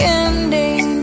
ending